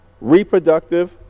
reproductive